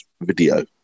video